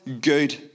good